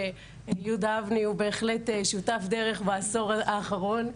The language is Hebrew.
יהודה אבני הוא בהחלט שותף דרך בעשור האחרון.